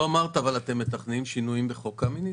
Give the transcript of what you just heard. אתם מתכננים שינויים בחוק קמיניץ?